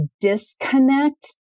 disconnect